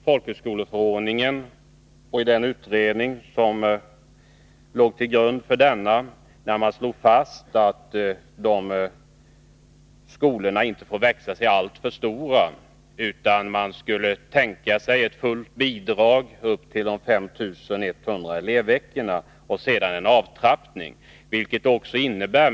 Folkhögskoleförordningen och bakomliggande utredningsförslag, har som utgångspunkt att folkhögskolorna inte får växa sig alltför stora. Detta innebär att fullt bidrag utgår upp till de första 5 100 elevveckorna och att därefter en avtrappning sker.